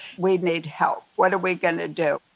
we'd need help. what are we going to do?